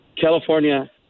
california